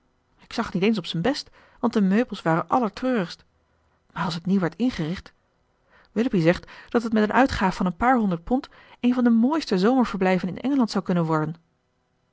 ik zag het niet eens op zijn best want de meubels waren allertreurigst maar als het nieuw werd ingericht willoughby zegt dat het met een uitgaaf van een paar honderd pond een van de mooiste zomerverblijven in engeland zou kunnen worden